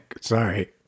Sorry